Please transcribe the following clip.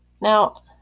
Now